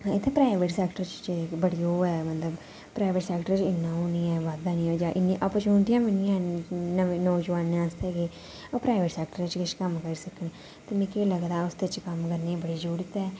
इत्थें private sector च बड़ी ओह् ऐ मतलब प्राइवेट सैक्टर च इन्ना ओह् बी निं ऐ इन्नियां अप्परचुनटियां बी निं हैन नमें नौजवाने आस्तै कि ओह् प्राइवेट सैक्टर च किश कम्म करी सकन ते मिगी लगदा उसदे च कम्म करने दी बड़ी जरूरत ऐ